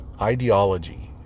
ideology